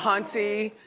hunty.